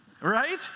right